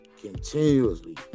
continuously